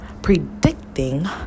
predicting